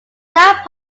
that